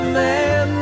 man